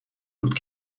بود